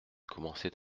commençait